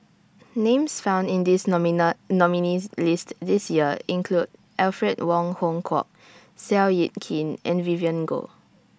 Names found in This nominees' list This Year include Alfred Wong Hong Kwok Seow Yit Kin and Vivien Goh